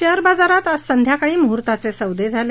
share बाजारात आज संध्याकाळी मुहूर्ताचे सौदे झाले